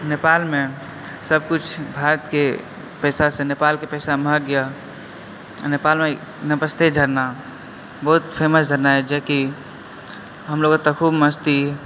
नेपालमे सब किछु भारतके पैसा से नेपालके पैसा महग यऽ आ नेपालमे नमस्ते झड़ना बहुत फेमस झड़ना यऽ जेकि हमलोग ओतऽ खुब मस्ती